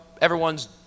Everyone's